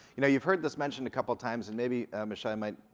you know you've heard this mentioned a couple of times, and maybe michelle i might